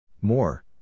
More